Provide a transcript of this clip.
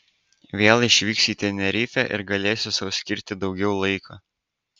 vėl išvyksiu į tenerifę ir galėsiu sau skirti daugiau laiko